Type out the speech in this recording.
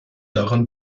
darin